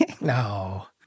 No